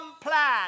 plan